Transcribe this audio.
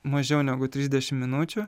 mažiau negu trisdešim minučių